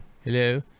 Hello